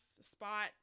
spot